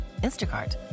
Instacart